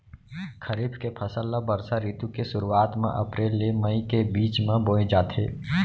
खरीफ के फसल ला बरसा रितु के सुरुवात मा अप्रेल ले मई के बीच मा बोए जाथे